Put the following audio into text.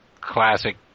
classic